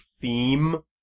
theme